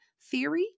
Theory